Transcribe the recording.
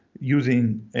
using